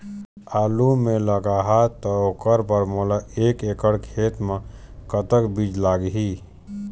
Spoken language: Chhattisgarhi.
आलू मे लगाहा त ओकर बर मोला एक एकड़ खेत मे कतक बीज लाग ही?